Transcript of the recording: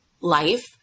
life